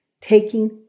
taking